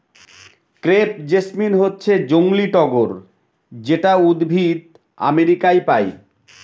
crepe jasmine হচ্ছে জংলী টগর যেটা উদ্ভিদ আমেরিকায় পায়